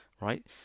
right